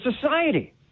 society